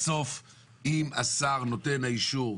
בסוף אם השר נותן האישור,